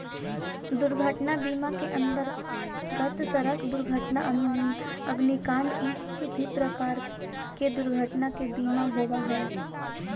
दुर्घटना बीमा के अंतर्गत सड़क दुर्घटना अग्निकांड इ सब प्रकार के दुर्घटना के बीमा होवऽ हई